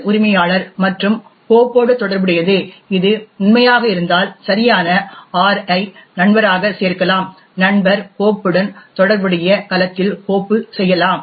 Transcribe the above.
செல் உரிமையாளர் மற்றும் கோப்போடு தொடர்புடையது இது உண்மையாக இருந்தால் சரியான R ஐ நண்பராக சேர்க்கலாம் நண்பர் கோப்புடன் தொடர்புடைய கலத்தில் கோப்பு செய்யலாம்